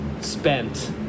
spent